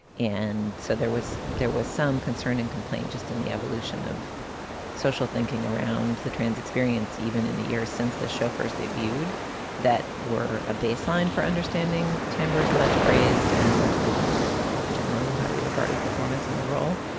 and so there was there was some concern and complaint just in the evolution of social thinking around the trans experience even in the years since the show first debuted that were a baseline for understanding timbres much praised. and i think generally highly regarded performance in the role.